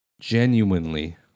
genuinely